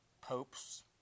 popes